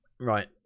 Right